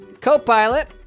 Copilot